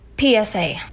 PSA